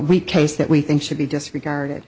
weak case that we think should be disregarded